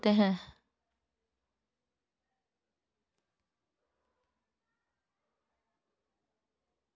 बलुई मिट्टी में कौनसे पोषक तत्व होते हैं?